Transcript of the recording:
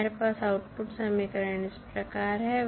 हमारे पास आउटपुट समीकरण इस प्रकार है